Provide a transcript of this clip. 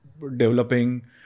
developing